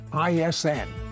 ISN